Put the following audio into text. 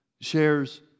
shares